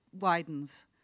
widens